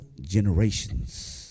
generations